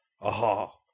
Aha